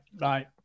right